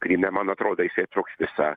kryme man atrodo jisai truks visą